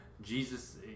Jesus